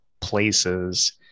places